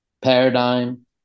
paradigm